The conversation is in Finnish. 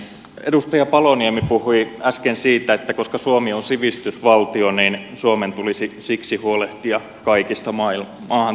edustaja paloniemi puhui äsken siitä että koska suomi on sivistysvaltio niin suomen tulisi siksi huolehtia kaikista maahan tulleista